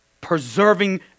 Preserving